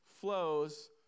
flows